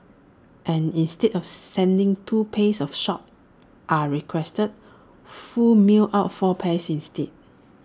and instead of sending two pays of socks as requested Foo mailed out four pairs instead